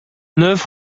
neuf